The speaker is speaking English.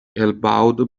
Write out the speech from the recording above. elbowed